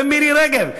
ומירי רגב,